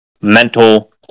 mental